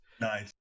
nice